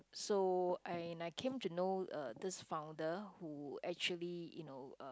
so I and I came to know uh this founder who actually you know uh